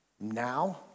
now